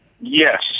Yes